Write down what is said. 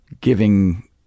giving